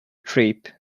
trip